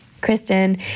Kristen